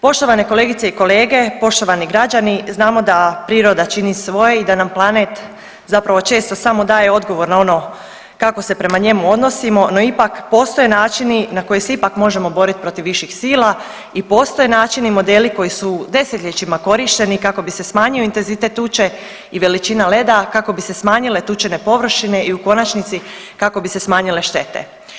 Poštovane kolegice i kolege, poštovani građani, znamo da priroda čini svoje i da nam planet zapravo često samo daje odgovor na ono kako se prema njemu odnosimo, no ipak, postoje načini na koje se ipak možemo boriti protiv viših sila i postoje načini i modeli koji su desetljećima korišteni kako bi se smanjio intenzitet tuče i veličina leda, kako bi se smanjile tučene površine i u konačnici, kako bi se smanjile štete.